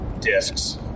discs